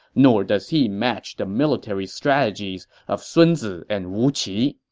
nor does he match the military strategies of sun zi and wu qi,